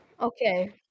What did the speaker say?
Okay